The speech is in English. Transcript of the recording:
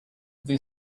they